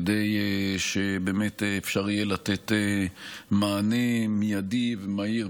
כדי שבאמת אפשר יהיה לתת מענה מיידי ומהיר,